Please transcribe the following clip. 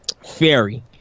fairy